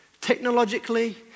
technologically